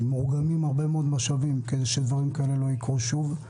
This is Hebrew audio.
מאוגמים הרבה מאוד משאבים כדי שדברים כאלה לא יקרו שוב.